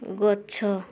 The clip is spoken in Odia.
ଗଛ